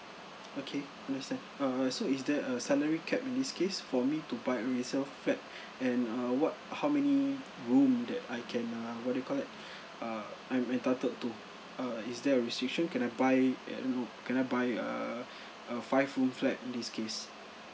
okay understand err so is there a salary cap in this case for me to buy a resale flat and uh what how many room that I can uh what do you call that uh I'm entitled to uh is there a restriction can I buy uh you know can I buy a a five room flat in this case